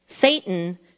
Satan